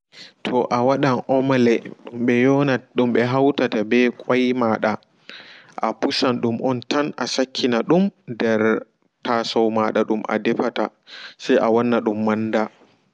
To a waɗan omole dumɓe hautata ɓe koi maɗa a pusan dum onta asakkina ɗum nder tasaumaɗa ɗum adefata se awannadum manda.